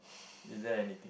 is there anything